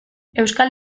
euskal